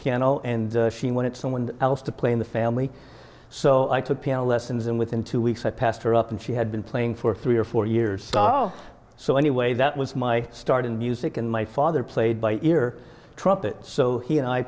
piano and she wanted someone else to play in the family so i took piano lessons and within two weeks i passed her up and she had been playing for three or four years so anyway that was my start in music and my father played by ear trumpet so he and i